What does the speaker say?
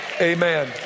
Amen